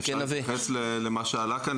אפשר להתייחס למה שעלה כאן,